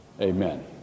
Amen